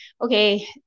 okay